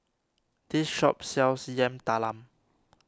this shop sells Yam Talam